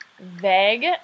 vague